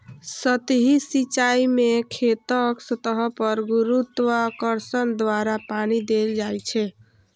सतही सिंचाइ मे खेतक सतह पर गुरुत्वाकर्षण द्वारा पानि देल जाइ छै